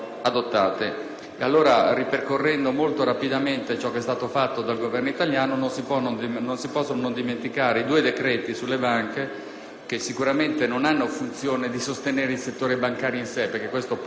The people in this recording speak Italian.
adottate. Ripercorrendo molto rapidamente ciò che è stato fatto dal Governo italiano, non si possono dimenticare i due decreti sulle banche, che sicuramente non hanno la funzione di sostenere il settore bancario in sé, perché questo poco avrebbe senso,